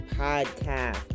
Podcast